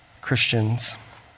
Christians